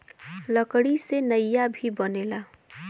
लकड़ी से नईया भी बनेला